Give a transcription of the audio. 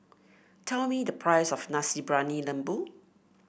tell me the price of Nasi Briyani Lembu